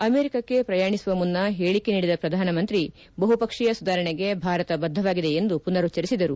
ಅಮೆರಿಕಕ್ಕೆ ಪ್ರಯಾಣಿಸುವ ಮುನ್ನ ಹೇಳಿಕೆ ನೀಡಿದ ಪ್ರಧಾನಮಂತ್ರಿ ಬಹುಪಕ್ಷೀಯ ಸುಧಾರಣೆಗೆ ಭಾರತ ಬದ್ದವಾಗಿದೆ ಎಂದು ಪುನರುಚ್ಚರಿಸಿದರು